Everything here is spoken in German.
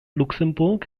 luxemburg